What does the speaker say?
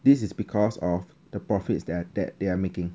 this is because of the profits that that they are making